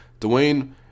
Dwayne